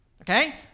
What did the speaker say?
Okay